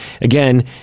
Again